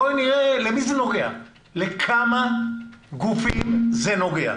בואי נראה למי זה נוגע, לכמה גופים זה נוגע.